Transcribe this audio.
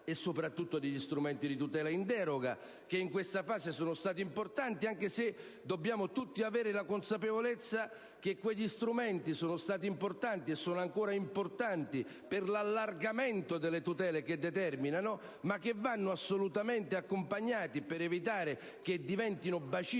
(soprattutto degli strumenti di tutela in deroga), che in questa fase sono stati rilevanti, anche se dobbiamo avere tutti la consapevolezza che quegli strumenti sono stati importanti e lo sono ancora per l'allargamento delle tutele che implicano, ma che vanno assolutamente accompagnati, per evitare che diventino bacini